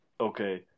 Okay